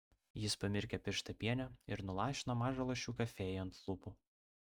jis pamirkė pirštą piene ir nulašino mažą lašiuką fėjai ant lūpų